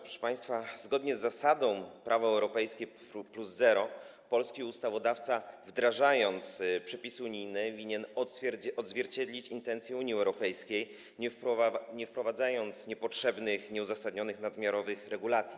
Proszę państwa, zgodnie z zasadą: prawo europejskie plus zero polski ustawodawca, wdrażając przepisy unijne, winien odzwierciedlić intencję Unii Europejskiej, nie wprowadzając niepotrzebnych, nieuzasadnionych, nadmiernych regulacji.